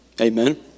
amen